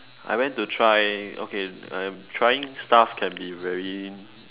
I went to try okay I'm trying stuff can be very